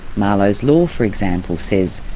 malo's law, for example, says,